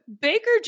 Baker